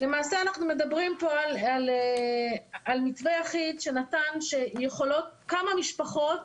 למעשה אנחנו מדברים פה על מתווה יחיד שנתן שיכולות כמה משפחות